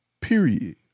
Period